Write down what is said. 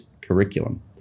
curriculum